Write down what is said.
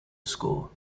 score